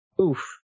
Oof